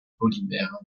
polymères